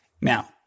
Now